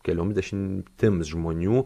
keliom dešimtims žmonių